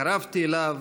התקרבתי אליו,